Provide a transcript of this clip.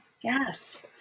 Yes